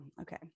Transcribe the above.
okay